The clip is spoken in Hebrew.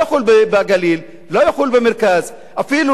החוק הזה לא יחול בגליל ובמרכז ואפילו